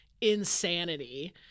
insanity